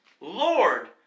Lord